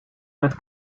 met